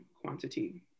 quantity